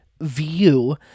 view